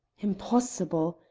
impossible!